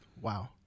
Wow